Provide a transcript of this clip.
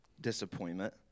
disappointment